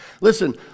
Listen